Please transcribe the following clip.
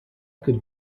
could